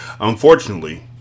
unfortunately